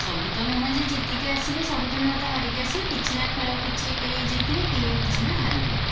ସବୁ ତ ନୁହେଁ ଯେ ଜିତିକି ଆସିବେ ସବୁ ତ ନୁହେଁ ଯେ ହାରିକି ଆସିବେ କିଛି ନା ଖେଳ କିଛି କେହି ଜିତିବେ କିଏ କିଛି ନା ହାରିବେ